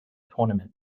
tournament